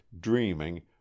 dreaming